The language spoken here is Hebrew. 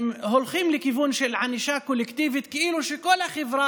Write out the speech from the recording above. הולכים לכיוון של ענישה קולקטיבית כאילו כל החברה